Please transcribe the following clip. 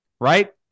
right